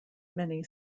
many